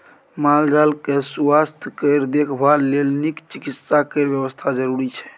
माल जाल केँ सुआस्थ केर देखभाल लेल नीक चिकित्सा केर बेबस्था जरुरी छै